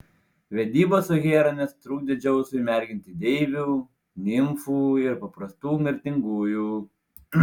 vedybos su hera netrukdė dzeusui merginti deivių nimfų ir paprastų mirtingųjų